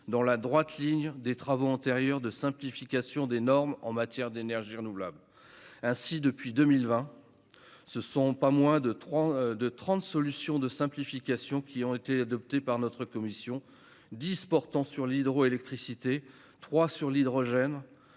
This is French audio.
dans la droite ligne des travaux antérieurs de simplification des normes en matière d'énergies renouvelables. Depuis 2020, pas moins de 30 solutions de simplification ont été adoptées par notre commission : 10 portaient sur l'hydroélectricité, 3 sur l'hydrogène,